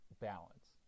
balance